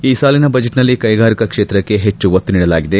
ಈ ಸಾಲಿನ ಬಜೆಟ್ನಲ್ಲಿ ಕೈಗಾರಿಕಾ ಕ್ಷೇತಕ್ಕೆ ಹೆಚ್ಚು ಒತ್ತು ನೀಡಲಾಗಿದೆ